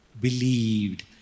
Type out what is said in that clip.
believed